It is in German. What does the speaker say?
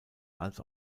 als